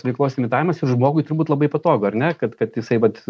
veiklos imitavimas ir žmogui turbūt labai patogu ar ne kad kad jisai vat